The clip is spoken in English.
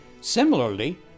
Similarly